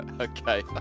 Okay